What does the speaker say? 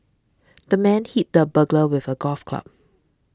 the man hit the burglar with a golf club